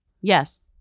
Yes